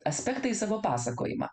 aspektą į savo pasakojimą